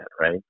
Right